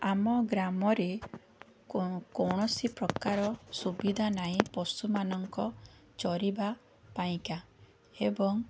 ଆମ ଗ୍ରାମରେ କୌ କୌଣସି ପ୍ରକାର ସୁବିଧା ନାଇଁ ପଶୁମାନଙ୍କ ଚରିବା ପାଇଁକା ଏବଂ